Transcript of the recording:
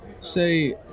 say